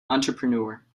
entrepreneur